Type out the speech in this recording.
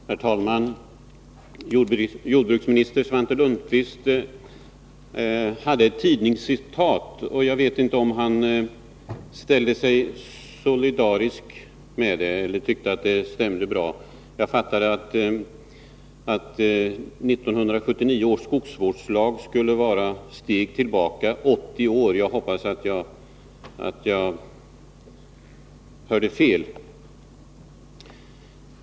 Herr talman! Jordbruksminister Svante Lundkvist läste upp ett tidningscitat. Jag vet inte om han ställde sig solidarisk med det och tyckte att det stämde bra. Jag fattade honom dock så att 1979 års skogsvårdslag skulle vara ett steg tillbaka 80 år. Jag hoppas att jag hörde fel.